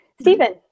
Stephen